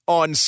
on